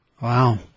Wow